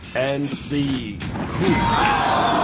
and the cool kids,